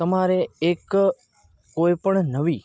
તમારે એક કોઈપણ નવી